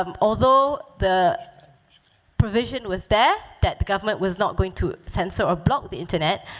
um although the provision was there, that the government was not going to censor or block the internet,